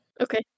Okay